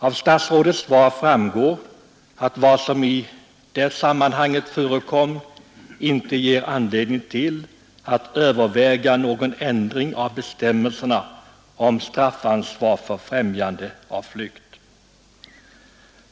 Av statsrådets svar framgår att vad som i det sammanhanget förekom inte ger anledning till att överväga någon ändring av bestämmelserna om straffansvar för främjande av flykt.